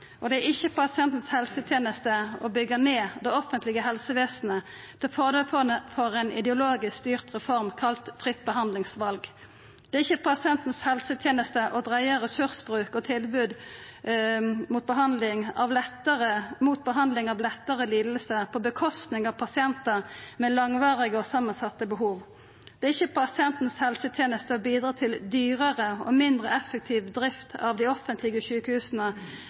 og det er ikkje pasientens helseteneste å byggja ned det offentlege helsevesenet til fordel for ein ideologisk styrt reform kalla fritt behandlingsval. Det er ikkje pasientens helseteneste å dreia ressursbruk og tilbod mot behandling av lettare lidingar slik at det går ut over pasientar med langvarige og samansette behov. Det er ikkje pasientens helseteneste å bidra til dyrare og mindre effektiv drift av dei offentlege sjukehusa